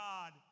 God